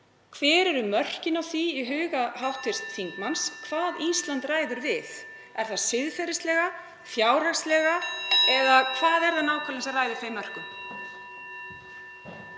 hver eru mörkin á því í huga (Forseti hringir.) hv. þingmanns hvað Ísland ræður við? Er það siðferðislega, fjárhagslega, eða hvað er það nákvæmlega sem ræður þeim mörkum?